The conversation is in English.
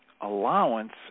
allowance